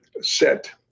set